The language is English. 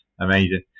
Amazing